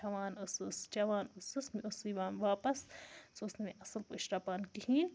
کھٮ۪وان ٲسٕس چٮ۪وان ٲسٕس مےٚ اوس سُہ یِوان واپَس سُہ اوس نہٕ مےٚ اَصٕل پٲٹھۍ شرٛوپان کِہیٖنۍ